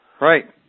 Right